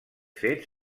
fet